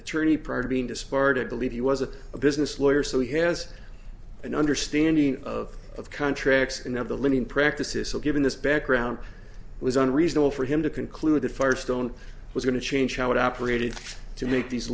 attorney prior to being disbarred believe he was a business lawyer so he has an understanding of of contracts and of the linnean practices so given this background was unreasonable for him to conclude that firestone was going to change how it operated to make these